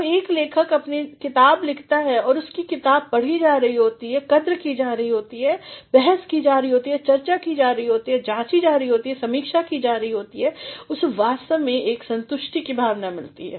जब एक लेखक अपनी किताब लिखता है और उसकी किताब पढ़ी जा रही है कद्र की जा रही है बहस की जा रही है चर्चा की जा रही है जाँची जा रही है समीक्षा की जा रही है उसे वास्तव में एक संतुष्टि की भावना मिलती है